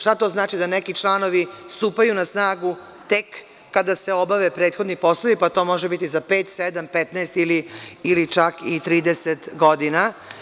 Šta to znači, da neki članovi stupaju na snagu tek kada se obave prethodni poslovi, pa to može biti za pet, sedam, 15, ili čak i 30 godina.